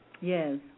Yes